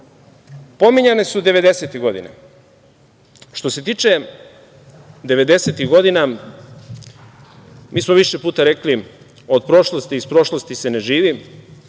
su devedesete godine. Što se tiče 90-ih godina, mi smo više puta rekli – od prošlosti i iz prošlosti se ne živi.